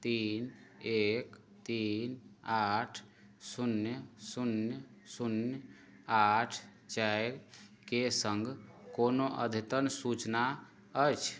तीन एक तीन आठ शून्य शून्य शून्य आठ चारिके सङ्ग कोनो अद्यतन सूचना अछि